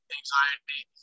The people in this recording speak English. anxiety